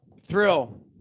Thrill